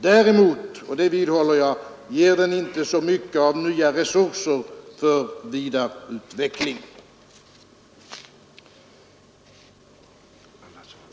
Däremot — och det vidhåller jag — ger propositionen inte så mycket av nya resurser för vidareutveckling.